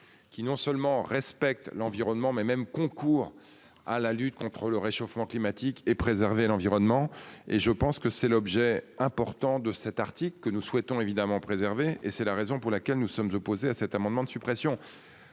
Qui non seulement respecte l'environnement, mais même concours à la lutte contre le réchauffement climatique et préserver l'environnement et je pense que c'est l'objet important de cet article que nous souhaitons évidemment préservée et c'est la raison pour laquelle nous sommes opposés à cet amendement de suppression.